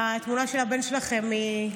התמונה של הבן שלכם היא,